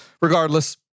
regardless